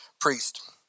priest